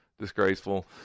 disgraceful